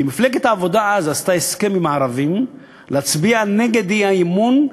כי מפלגת העבודה אז עשתה הסכם עם הערבים להצביע נגד האי-אמון,